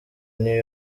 new